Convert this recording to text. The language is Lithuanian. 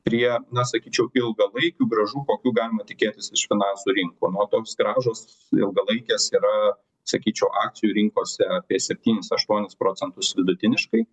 prie na sakyčiau ilgalaikių grąžų kokių galima tikėtis iš finansų rinkų nuo toks gražūs ilgalaikės yra sakyčiau akcijų rinkose apie septynis aštuonis procentus vidutiniškai